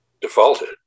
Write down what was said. defaulted